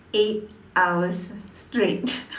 eight hours straight